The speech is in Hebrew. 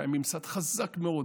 שהיה ממסד חזק מאוד,